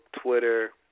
Twitter